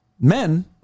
Men